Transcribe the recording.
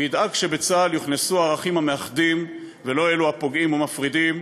וידאג שלצה"ל יוכנסו הערכים המאחדים ולא אלו הפוגעים ומפרידים.